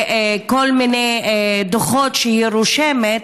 בכל מיני דוחות שהיא רושמת,